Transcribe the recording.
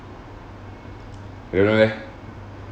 don't know leh